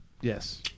Yes